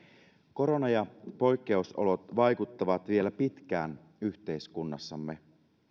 korona ja poikkeusolot vaikuttavat vielä pitkään yhteiskunnassamme